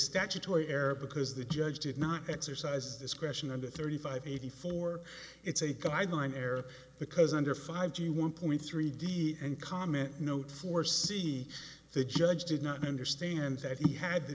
statutory error because the judge did not exercise discretion under thirty five eighty four it's a guideline error because under five g one point three d and comment note for c the judge did not understand that he had the